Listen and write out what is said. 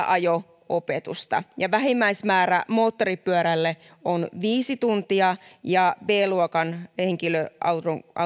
ajo opetusta ja vähimmäismäärä moottoripyörälle on viisi tuntia ja b luokan henkilöauton